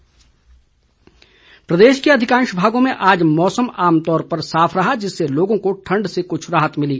मौसम प्रदेश के अधिकांश भागों में आज मौसम आमतौर पर साफ रहा जिससे लोगों को ठंड से कुछ राहत मिली